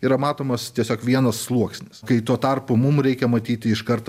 yra matomas tiesiog vienas sluoksnis kai tuo tarpu mum reikia matyti iškart